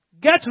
Get